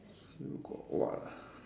still got what ah